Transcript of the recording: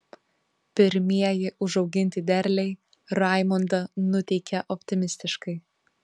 pirmieji užauginti derliai raimondą nuteikė optimistiškai